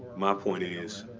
my point is